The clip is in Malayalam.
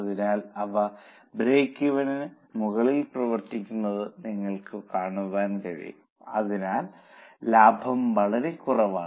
അതിനാൽ അവ ബ്രേക്ക് ഈവൻ മുകളിൽ പ്രവർത്തിക്കുന്നത് നിങ്ങൾക്ക് കാണാൻ കഴിയും അതിനാൽ ലാഭം വളരെ കുറവാണ്